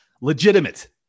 legitimate